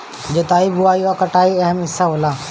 जोताई बोआई आ कटाई अहम् हिस्सा होला